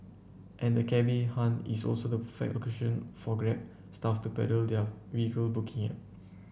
and the cabby haunt is also the perfect location for grab staff to peddle their vehicle booking